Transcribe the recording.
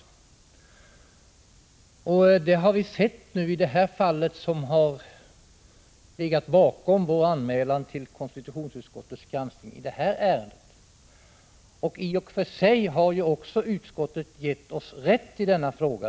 Det har vi fått — Terroristbestämmelexempel på i det fall som har legat bakom vår anmälan till konstitutionsut — serna skottets granskning i detta ärende. I och för sig har utskottet gett oss rätt i denna fråga.